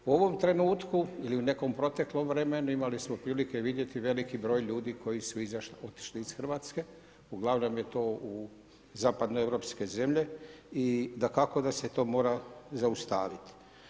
U ovom trenutku ili u nekom proteklom vremenu imali smo prilike vidjeti veliki broj ljudi koji su otišli iz Hrvatske, uglavnom je to u zapadno europske zemlje i dakako da se to mora zaustavit.